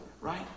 Right